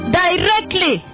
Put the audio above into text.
directly